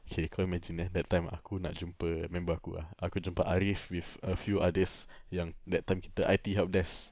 okay kau imagine eh that time aku nak jumpa member aku eh aku jumpa arif with a few others yang that time kita I_T helpdesk